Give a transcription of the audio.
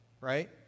right